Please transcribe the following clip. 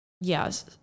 yes